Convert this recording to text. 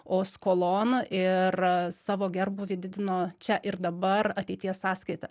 o skolon ir savo gerbūvį didino čia ir dabar ateities sąskaita